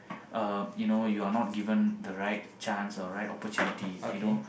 um you know you are not given the right chance or right opportunity